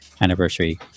anniversary